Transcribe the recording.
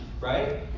right